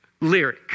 lyric